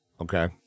okay